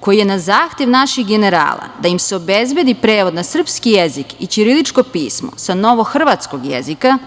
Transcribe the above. koji je na zahtev naših generala da im se obezbedi prevod na srpski jezik i ćiriličko pismo sa novohrvatskog jezika